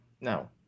No